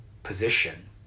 Position